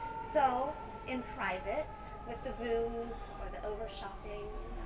so in private, with the booze, or the overshopping,